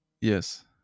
yes